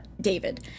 David